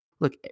Look